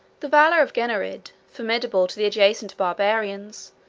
the valor of gennerid, formidable to the adjacent barbarians,